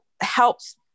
helps